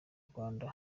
rwanda